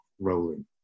rolling